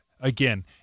Again